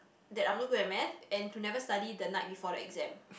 that I'm not good at Math and to never study the night before the exam